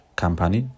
company